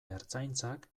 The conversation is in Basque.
ertzaintzak